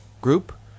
group